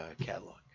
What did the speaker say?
catalog